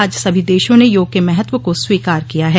आज सभी देशों ने योग के महत्व को स्वीकार किया है